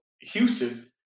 Houston